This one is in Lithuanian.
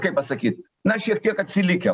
kaip pasaky na šiek tiek atsilikę